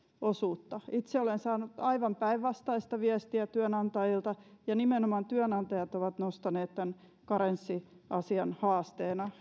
osuutta itse olen saanut aivan päinvastaista viestiä työnantajilta ja nimenomaan työnantajat ovat nostaneet tämän karenssiasian haasteena